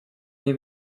nie